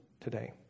today